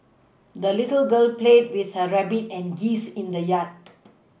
the little girl played with her rabbit and geese in the yard